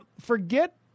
Forget